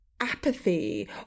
apathy